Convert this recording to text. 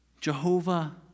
Jehovah